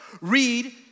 Read